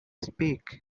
speak